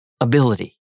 ability